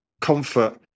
comfort